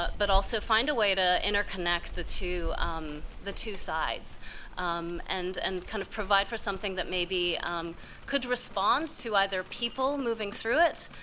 but also find a way to interconnect the two um the two sides and and kind of provide for something that maybe could respond to either people moving through it,